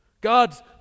God's